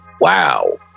wow